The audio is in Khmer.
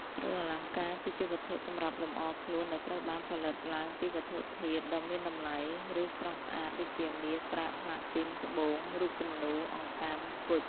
គ្រឿងអលង្ការ គឺជាវត្ថុសម្រាប់លម្អខ្លួនដែលត្រូវបានផលិតឡើងពីវត្ថុធាតុដ៏មានតម្លៃ ឬស្រស់ស្អាត ដូចជា មាស ប្រាក់ ផ្លាទីន ត្បូង រូបគំនូរ អង្កាំ គុជ។